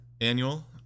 Annual